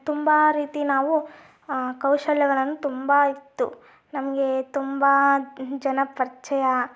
ತುಂಬ ರೀತಿ ನಾವು ಕೌಶಲ್ಯಗಳನ್ನು ತುಂಬ ಇತ್ತು ನಮಗೆ ತುಂಬ ಜನ ಪರಿಚಯ